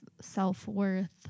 self-worth